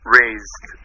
raised